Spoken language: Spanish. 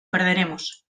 perderemos